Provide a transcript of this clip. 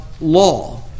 law